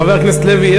חבר הכנסת לוי,